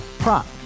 Prop